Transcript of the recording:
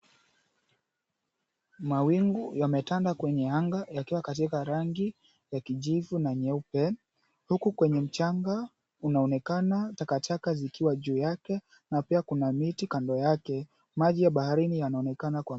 Mawingu, yametanda kwenye anga yakiwa katika rangi ya kijivu na nyeupe. Huku kwenye mchanga, kunaonekana takataka zikiwa juu yake na pia kuna miti kando yake. Maji ya baharini yanaonekana kwa...